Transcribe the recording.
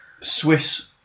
Swiss